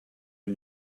new